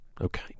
Okay